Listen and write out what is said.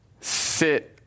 sit